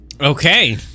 okay